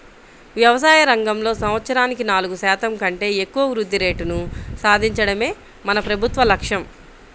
వ్యవసాయ రంగంలో సంవత్సరానికి నాలుగు శాతం కంటే ఎక్కువ వృద్ధి రేటును సాధించడమే మన ప్రభుత్వ లక్ష్యం